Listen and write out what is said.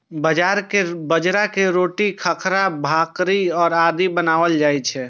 बाजरा के रोटी, खाखरा, भाकरी आदि बनाएल जाइ छै